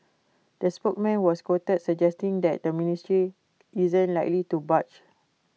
the spokesman was quoted suggesting that the ministry isn't likely to budge